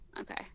okay